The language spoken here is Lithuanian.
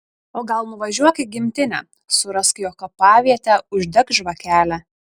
o gal nuvažiuok į gimtinę surask jo kapavietę uždek žvakelę